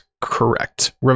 correct